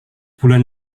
bulan